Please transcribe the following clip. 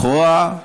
לכאורה,